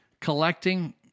collecting